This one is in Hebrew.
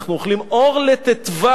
אנחנו אוכלים אור לט"ו,